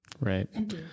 right